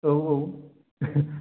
औ औ